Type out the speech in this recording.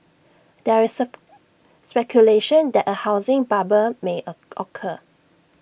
there is speculation that A housing bubble may A occur